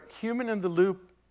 human-in-the-loop